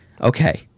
okay